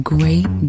Great